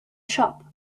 shop